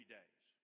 days